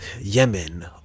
Yemen